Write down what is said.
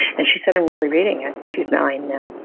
and she said, i'm really reading it. she's nine now.